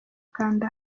kanda